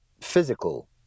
physical